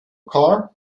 car